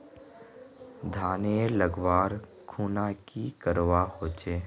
धानेर लगवार खुना की करवा होचे?